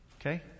Okay